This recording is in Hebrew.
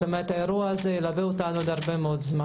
כלומר האירוע הזה ילווה אותנו עוד זמן רב מאוד.